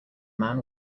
man